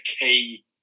key